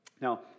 Now